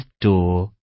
door